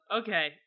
okay